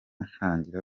ntangira